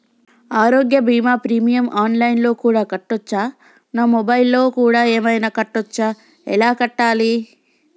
ఆరోగ్య బీమా premium online లో కూడా కట్టచ్చా? నా మొబైల్లో కూడా ఏమైనా కట్టొచ్చా? ఎలా కట్టాలి?